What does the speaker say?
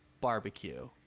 barbecue